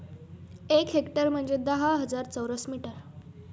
एक हेक्टर म्हणजे दहा हजार चौरस मीटर